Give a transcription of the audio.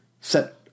set